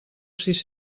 sis